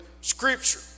scripture